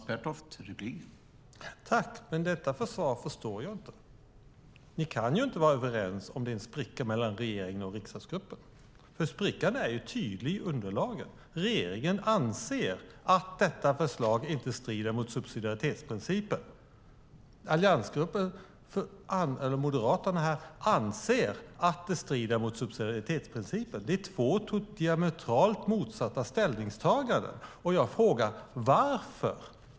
Herr talman! Detta försvar förstår jag inte. Ni kan ju inte vara överens om det är en spricka mellan regeringen och riksdagsgruppen. Sprickan är tydlig i underlagen. Regeringen anser att detta förslag inte strider mot subsidiaritetsprincipen. Moderaterna här anser att det strider mot subsidiaritetsprincipen. Det är två diametralt motsatta ställningstaganden. Jag frågar: Varför?